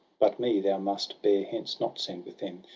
but me thou must bear hence, not send with them,